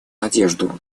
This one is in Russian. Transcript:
надежду